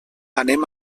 anem